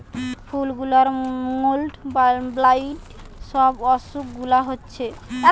ফুল গুলার mould, blight সব অসুখ গুলা হচ্ছে